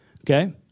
Okay